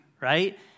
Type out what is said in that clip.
right